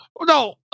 No